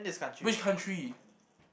which country